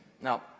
Now